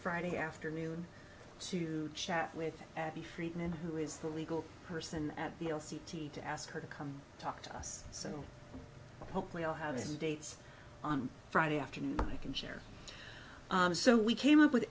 friday afternoon to chat with the freedman who is the legal person at the l c t to ask her to come talk to us so hopefully i'll have some dates on friday afternoon i can share so we came up with